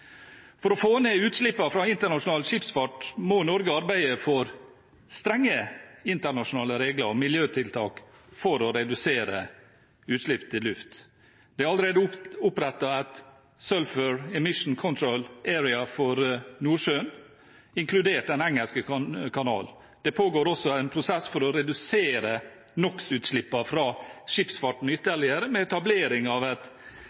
For å få ned utslippene fra internasjonal skipsfart må Norge arbeide for strenge internasjonale regler og miljøtiltak for å redusere utslipp til luft. Det er allerede opprettet et Sulphur Emission Control Area for Nordsjøen, inkludert Den engelske kanal. Det pågår også en prosess for å redusere NOx-utslippene fra skipsfarten ytterligere, med etablering av et